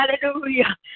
Hallelujah